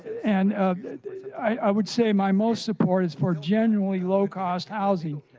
and i would say my most support is for generally low cost housing,